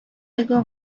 ago